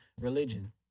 religion